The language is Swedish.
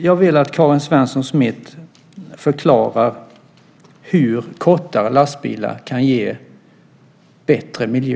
Jag vill att Karin Svensson Smith förklarar hur kortare lastbilar kan ge bättre miljö.